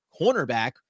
cornerback